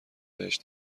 بهش